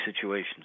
situations